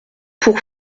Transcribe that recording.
pour